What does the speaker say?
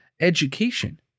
education